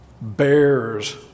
bears